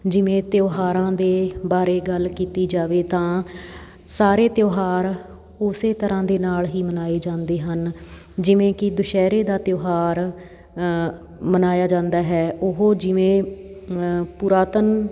ਜਿਵੇਂ ਤਿਉਹਾਰਾਂ ਦੇ ਬਾਰੇ ਗੱਲ ਕੀਤੀ ਜਾਵੇ ਤਾਂ ਸਾਰੇ ਤਿਉਹਾਰ ਉਸੇ ਤਰ੍ਹਾਂ ਦੇ ਨਾਲ ਹੀ ਮਨਾਏ ਜਾਂਦੇ ਹਨ ਜਿਵੇਂ ਕਿ ਦੁਸਹਿਰੇ ਦਾ ਤਿਉਹਾਰ ਮਨਾਇਆ ਜਾਂਦਾ ਹੈ ਉਹ ਜਿਵੇਂ ਪੁਰਾਤਨ